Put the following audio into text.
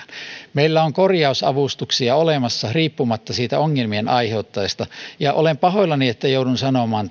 meillä on korjausavustuksia olemassa riippumatta siitä ongelmien aiheuttajasta ja olen pahoillani että joudun sanomaan